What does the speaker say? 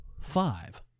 five